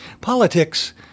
Politics